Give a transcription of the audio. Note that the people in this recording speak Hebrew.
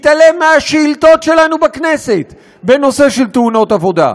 התעלם מהשאילתות שלנו בכנסת בנושא של תאונות עבודה,